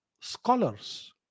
scholars